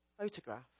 photograph